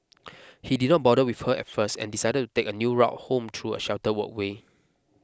he did not bother with her at first and decided to take a new route home through a sheltered walkway